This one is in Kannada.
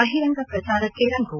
ಬಹಿರಂಗ ಪ್ರಚಾರಕ್ಕೆ ರಂಗು